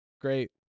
Great